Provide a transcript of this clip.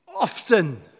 Often